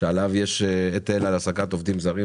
שעליו יש היטל על העסקת עובדים זרים.